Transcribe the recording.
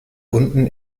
unten